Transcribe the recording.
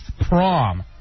prom